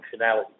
functionality